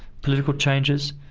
political changes.